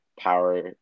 Power